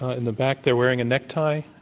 ah in the back there, wearing a necktie.